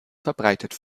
verbreitet